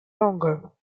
longer